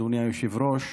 אדוני היושב-ראש,